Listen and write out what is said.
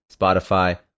Spotify